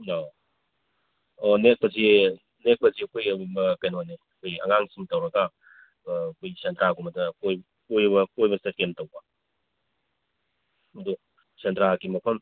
ꯑꯣ ꯑꯣ ꯅꯦꯛꯄꯁꯤ ꯅꯦꯛꯄꯁꯤ ꯑꯩꯈꯣꯏꯒꯤ ꯀꯩꯅꯣꯅꯤ ꯑꯩꯈꯣꯏꯒꯤ ꯑꯉꯥꯡꯁꯤꯡ ꯇꯧꯔꯒ ꯑꯩꯈꯣꯏ ꯁꯦꯟꯗ꯭ꯔꯥꯒꯨꯝꯕ ꯀꯣꯏꯕ ꯆꯠꯀꯦꯅ ꯇꯧꯕ ꯑꯗꯨ ꯁꯦꯟꯗ꯭ꯔꯥꯒꯤ ꯃꯐꯝ